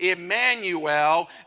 Emmanuel